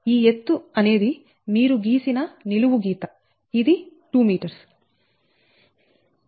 ఈ ఎత్తు అనేది మీరు గీసిన నిలువు గీత ఇది 2m